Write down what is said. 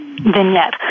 vignette